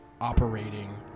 operating